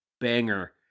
banger